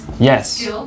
Yes